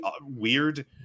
weird